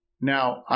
Now